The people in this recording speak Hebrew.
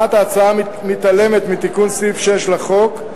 1. ההצעה מתעלמת מתיקון סעיף 6 לחוק,